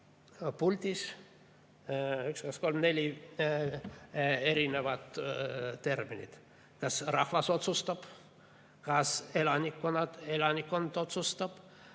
neli erinevat terminit. Kas rahvas otsustab, kas elanikkond otsustab,